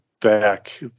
back